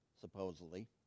supposedly